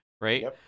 Right